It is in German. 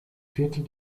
viertel